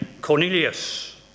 Cornelius